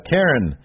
Karen